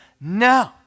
No